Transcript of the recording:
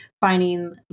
finding